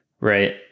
Right